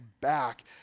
back